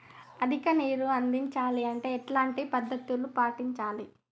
అధిక నీరు అందించాలి అంటే ఎలాంటి పద్ధతులు పాటించాలి?